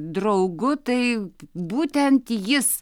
draugu tai būtent jis